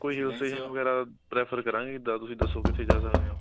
ਕੋਈ hill station ਵਗੈਰਾ prefer ਕਰਾਂਗੇ ਜਿੱਦਾਂ ਤੁਸੀਂ ਦੱਸੋ ਕਿੱਥੇ ਜਾ ਸਕਦੇ ਹਾਂ